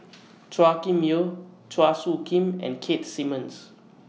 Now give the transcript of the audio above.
Chua Kim Yeow Chua Soo Khim and Keith Simmons